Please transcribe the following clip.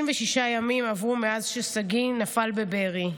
36 ימים עברו מאז ששגיא נפל בבארי,